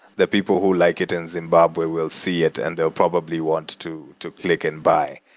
the people who like it in zimbabwe will see it and they'll probably want to to click and buy.